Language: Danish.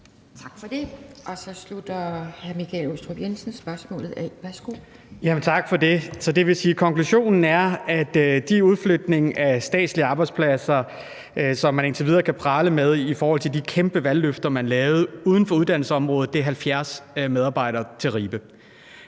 Tak for det. Så slutter hr. Michael Aastrup Jensen spørgsmålet af. Værsgo. Kl. 18:36 Michael Aastrup Jensen (V): Tak for det. Det vil sige, at konklusionen er, at de udflytninger af statslige arbejdspladser, som man indtil videre kan prale med i forhold til de kæmpe valgløfter, man gav, uden for uddannelsesområdet er 70 medarbejdere til Ribe.